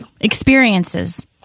Experiences